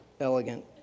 elegant